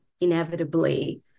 inevitably